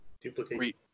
duplicate